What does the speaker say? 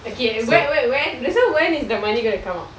okay where when when that's why when is the money gonna come out